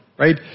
Right